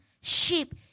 sheep